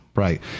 Right